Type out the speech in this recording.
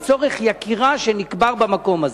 המשפחה לצורך יקירה שנקבר במקום הזה.